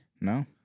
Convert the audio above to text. No